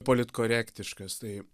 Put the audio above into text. politkorektiškas tai